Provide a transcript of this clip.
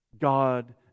God